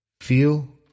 feel